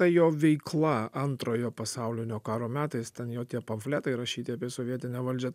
ta jo veikla antrojo pasaulinio karo metais ten jo tie pamfletai rašyti apie sovietinę valdžią